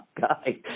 guy